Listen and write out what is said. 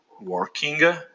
working